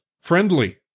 friendly